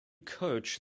coach